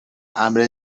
امر